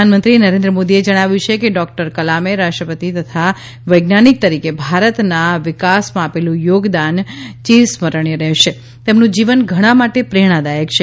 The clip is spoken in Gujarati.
પ્રધાનમંત્રી નરેન્દ્ર મોદીએ જણાવ્યું છે કે ડોક્ટર કલામે રાષ્ટ્રપતિ તથા વૈજ્ઞાનિક તરીકે ભારતના વિકાસમાં આપેલું યોગદાન ચિરસ્મરણીય રહેશે તેમનું જીવન ઘણાં માટે પ્રેરણાદાયક છે